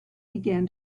began